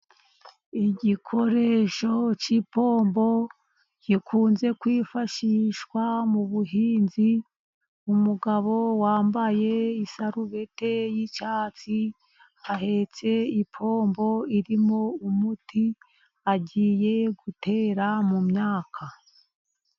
Igikoresho cy'ipombo gikunze kwifashishwa mu buhinzi, umugabo wambaye isarubete y'icyatsi, ahetse ipombo irimo umuti agiye gutera mu myaka.